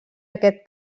aquest